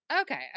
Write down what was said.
Okay